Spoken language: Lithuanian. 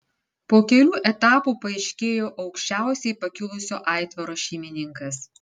po kelių etapų paaiškėjo aukščiausiai pakilusio aitvaro šeimininkas